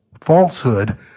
falsehood